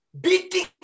beating